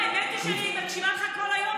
האמת היא שאני מקשיבה לך כל היום,